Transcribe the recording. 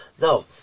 No